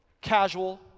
casual